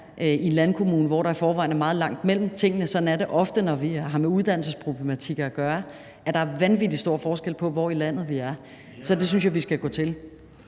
en landkommune, hvor der i forvejen er meget langt mellem tingene. Det er ofte sådan, når vi har med uddannelsesproblematikker at gøre, at der er vanvittig stor forskel på, hvor i landet man er. Så det synes jeg vi skal gå til.